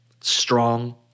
strong